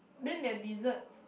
then they are desserts